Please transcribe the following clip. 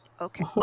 Okay